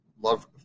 love